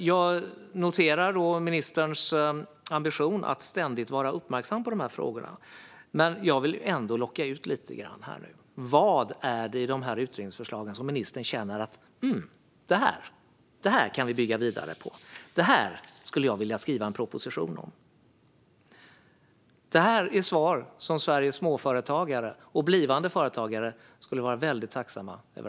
Jag noterar ministerns ambition att ständigt vara uppmärksam på de här frågorna, men jag vill ändå locka ut honom lite grann: Vad är det i utredningsförslagen som ministern känner att vi kan bygga vidare på och som han vill skriva en proposition om? Det är svar som Sveriges nuvarande och blivande småföretagare skulle vara väldigt tacksamma för.